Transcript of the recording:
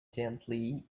gently